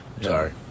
Sorry